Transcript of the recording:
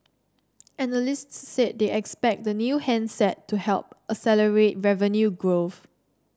analysts said they expect the new handset to help accelerate revenue growth